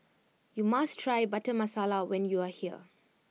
you must try Butter Masala when you are here